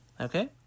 Okay